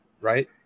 Right